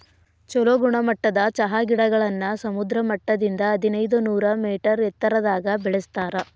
ಚೊಲೋ ಗುಣಮಟ್ಟದ ಚಹಾ ಗಿಡಗಳನ್ನ ಸಮುದ್ರ ಮಟ್ಟದಿಂದ ಹದಿನೈದನೂರ ಮೇಟರ್ ಎತ್ತರದಾಗ ಬೆಳೆಸ್ತಾರ